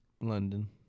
London